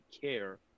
care